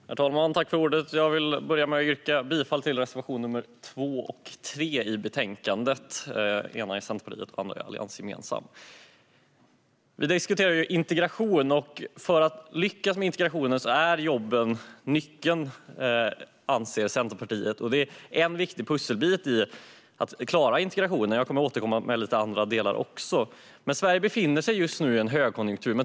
Herr talman! Jag vill börja med att yrka bifall till reservationerna 2 och 3 i betänkandet. Den ena är från Centerpartiet och den andra är alliansgemensam. Vi diskuterar integration. För att lyckas med integrationen är jobben nyckeln, anser Centerpartiet. De är en viktig pusselbit för att klara integrationen. Jag återkommer med andra bitar senare. Sverige befinner sig just nu i en högkonjunktur.